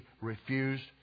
refused